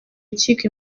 urukiko